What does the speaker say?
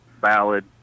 ballad